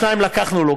שניים לקחנו לו,